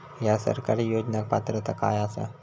हया सरकारी योजनाक पात्रता काय आसा?